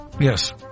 yes